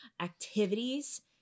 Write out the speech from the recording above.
activities